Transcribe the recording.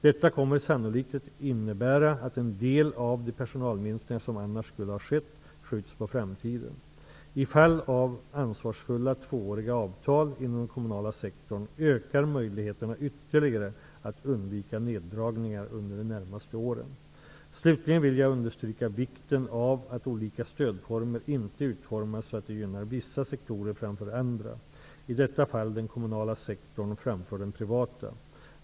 Detta kommer sannolikt att innebära att en del av de personalminskningar som annars skulle ha skett skjuts på framtiden. I fall av ansvarsfulla tvååriga avtal inom den kommunala sektorn ökar möjligheterna ytterligare att undvika neddragningar under de närmaste åren. Slutligen vill jag understryka vikten av att olika stödformer inte utformas så att de gynnar vissa sektorer framför andra, i detta fall den kommunala sektorn framför den privata.